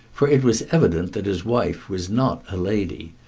for it was evident that his wife was not a lady.